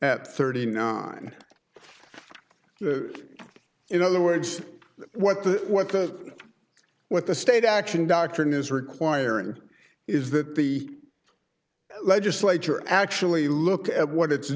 at thirty nine in other words what the what the what the state action doctrine is requiring is that the legislature actually look at what it's